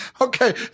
Okay